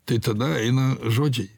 tai tada eina žodžiai